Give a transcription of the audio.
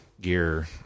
gear